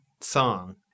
song